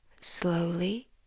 slowly